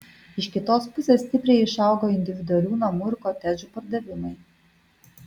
iš kitos pusės stipriai išaugo individualių namų ir kotedžų pardavimai